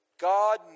God